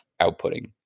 outputting